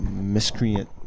miscreant